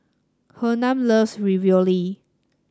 Hernan loves Ravioli